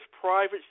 private